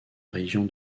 région